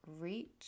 reach